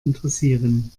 interessieren